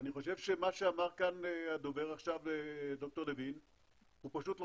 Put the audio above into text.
אני חושב שמה שאמר כאן עכשיו פרופ' לוין הוא פשוט לא